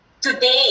today